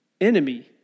enemy